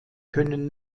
können